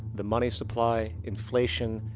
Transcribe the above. the money supply, inflation,